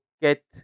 get